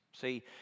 See